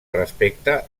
respecte